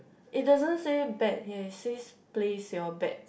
it doesn't say bet here it says place your bet